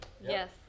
Yes